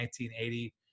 1980